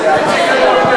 אזיקים.